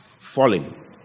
falling